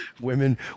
Women